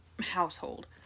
household